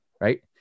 right